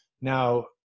Now